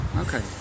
okay